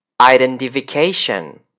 identification